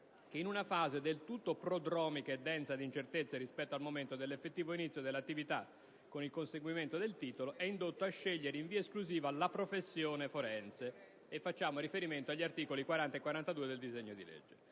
che, in una fase del tutto prodromica e densa di incertezze rispetto al momento dell'effettivo inizio dell'attività con il conseguimento del titolo, è indotto a scegliere, in via esclusiva, la professione forense (articoli 40 - 42 del disegno di legge);